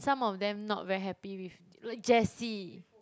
some of them not very happy with like Jessie